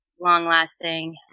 long-lasting